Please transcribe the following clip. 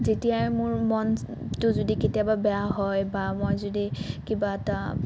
যেতিয়াই মোৰ মনটো যদি কেতিয়াবা বেয়া হয় বা মই যদি কিবা এটা